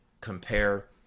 compare